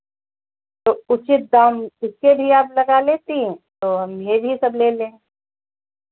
तो उचित दाम इसके भी आप लगा लेतीं तो हम ये भी सब ले लें